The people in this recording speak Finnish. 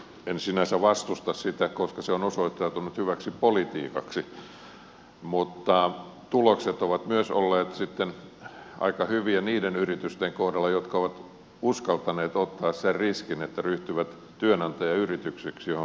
en sinänsä vastusta sitä koska se on osoittautunut hyväksi politiikaksi mutta tulokset ovat olleet aika hyviä myös niiden yritysten kohdalla jotka ovat uskaltaneet ottaa sen riskin että ryhtyvät työnantajayrityksiksi mihin täällä viitattiin